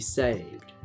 saved